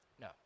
No